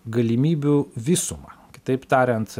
galimybių visumą kitaip tariant